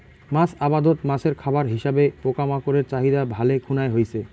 মাছ আবাদত মাছের খাবার হিসাবে পোকামাকড়ের চাহিদা ভালে খুনায় হইচে